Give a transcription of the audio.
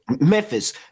Memphis